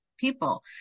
people